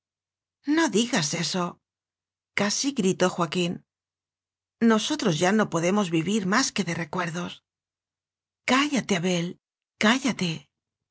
no digas eso casi gritó joaquín nosotros ya no podemos vivir más que de recuerdos cállate abel cállate